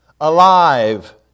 alive